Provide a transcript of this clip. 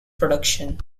production